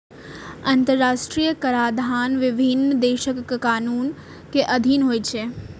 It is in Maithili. अंतरराष्ट्रीय कराधान विभिन्न देशक कर कानून के अधीन होइ छै